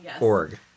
org